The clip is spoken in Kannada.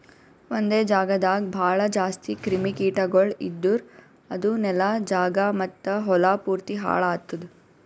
ಒಂದೆ ಜಾಗದಾಗ್ ಭಾಳ ಜಾಸ್ತಿ ಕ್ರಿಮಿ ಕೀಟಗೊಳ್ ಇದ್ದುರ್ ಅದು ನೆಲ, ಜಾಗ ಮತ್ತ ಹೊಲಾ ಪೂರ್ತಿ ಹಾಳ್ ಆತ್ತುದ್